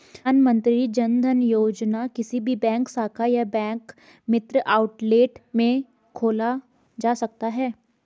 प्रधानमंत्री जनधन योजना किसी भी बैंक शाखा या बैंक मित्र आउटलेट में खोला जा सकता है